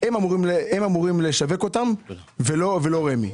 והם אמורים לשווק אותן ולא רמ"י.